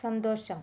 സന്തോഷം